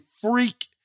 freak